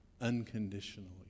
unconditionally